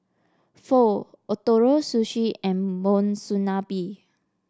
Pho Ootoro Sushi and Monsunabe